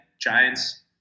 Giants